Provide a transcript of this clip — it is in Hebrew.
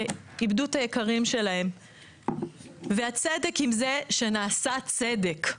שאיבדו את היקרים שלהן; וצדק עם זה שנעשה צדק,